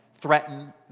threaten